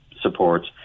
supports